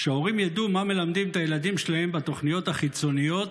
שהורים ידעו מה מלמדים את הילדים שלהם בתוכניות החיצוניות